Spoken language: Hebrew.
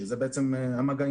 שזה בעצם המגעים.